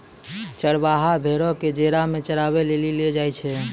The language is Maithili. चरबाहा भेड़ो क जेरा मे चराबै लेली लै जाय छै